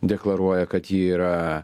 deklaruoja kad ji yra